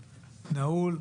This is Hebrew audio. נעול,